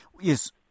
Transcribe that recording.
Yes